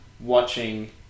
watching